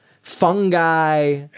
fungi